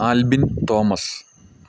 Albin Thomas